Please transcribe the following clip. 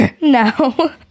No